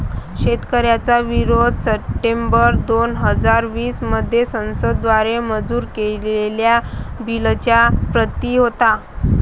शेतकऱ्यांचा विरोध सप्टेंबर दोन हजार वीस मध्ये संसद द्वारे मंजूर केलेल्या बिलच्या प्रति होता